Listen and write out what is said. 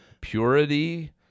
purity